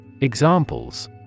Examples